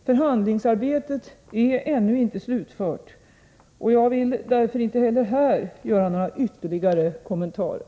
Förhandlingsarbetet är ännu inte slutfört, och jag vill därför inte heller här göra några ytterligare kommentarer.